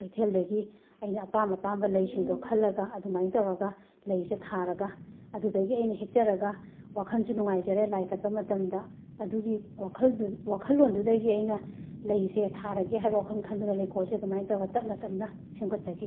ꯀꯩꯊꯦꯜꯗꯒꯤ ꯑꯩꯅ ꯑꯄꯥꯝ ꯑꯄꯥꯝꯕ ꯂꯩꯁꯤꯡꯗꯣ ꯈꯜꯂꯒ ꯑꯗꯨꯃꯥꯏ ꯇꯧꯔꯒ ꯂꯩꯁꯦ ꯊꯥꯔꯒ ꯑꯗꯨꯗꯒꯤ ꯑꯩꯅ ꯍꯦꯛꯆꯔꯒ ꯋꯥꯈꯜꯁꯨ ꯅꯨꯡꯉꯥꯏꯖꯔꯦ ꯂꯥꯏ ꯀꯠꯄ ꯃꯇꯝꯗ ꯑꯗꯨꯒꯤ ꯋꯥꯈꯜꯗꯨ ꯋꯥꯈꯜꯂꯣꯟꯗꯨꯗꯒꯤ ꯑꯩꯅ ꯂꯩꯁꯦ ꯊꯥꯔꯒꯦ ꯍꯥꯏꯕ ꯋꯥꯈꯟ ꯈꯟꯗꯨꯅ ꯂꯩꯀꯣꯜꯁꯦ ꯑꯗꯨꯃꯥꯏꯅ ꯇꯞꯅ ꯇꯞꯅ ꯁꯦꯝꯒꯠꯆꯈꯤ